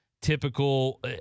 typical